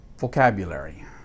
vocabulary